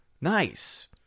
Nice